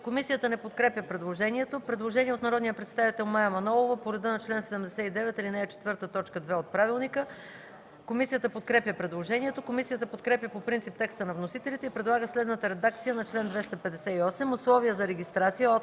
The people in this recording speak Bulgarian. Комисията не подкрепя предложението. Предложение от народния представител Мая Манолова, направено по реда на чл. 79, ал. 4, т. 2 от правилника. Комисията подкрепя предложението. Комисията подкрепя по принцип текста на вносителите и предлага следната редакция на чл. 265: „Произвеждане на